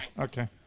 Okay